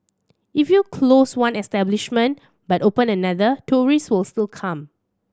if you close one establishment but open another tourists will still come